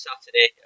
Saturday